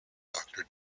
doctor